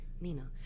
Nina